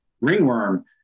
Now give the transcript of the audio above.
ringworm